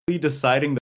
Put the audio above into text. deciding